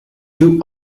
two